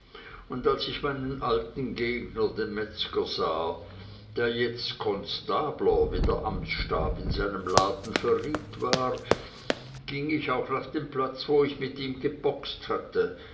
und als ich meinen alten gegner den metzger sah der jetzt konstabler wie der amtsstab in seinem laden verriet war ging ich auch nach dem platz wo ich mit ihm geboxt hatte